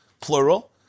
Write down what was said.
plural